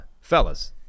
Fellas